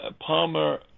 Palmer